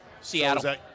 Seattle